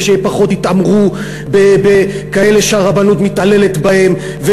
ושפחות יתעמרו בכאלה שהרבנות מתעללת בהם,